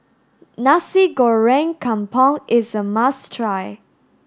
Nasi Goreng Kampung is a must try